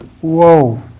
Whoa